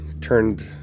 turned